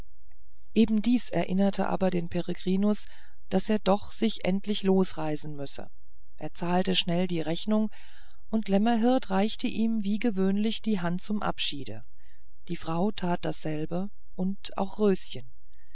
eben dies erinnerte aber den peregrinus daß er doch endlich sich losreißen müsse er zahlte schnell die rechnung und lämmerhirt reichte ihm wie gewöhnlich die hand zum abschiede die frau tat dasselbe und auch röschen